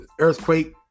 earthquake